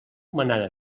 manada